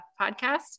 podcast